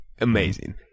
Amazing